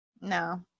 No